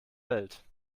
welt